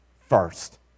first